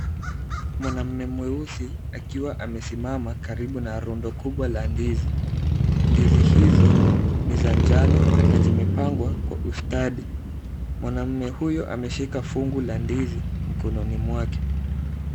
Mwanaume mweusi akiwa amesimama karibu na rundo kubwa la ndizi. Ndizi hizo ni za njano na zimepangwa kwa ustadi. Mwanamume huyu ameshika fungu la ndizi mkononi mwake.